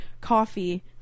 coffee